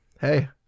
hey